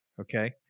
Okay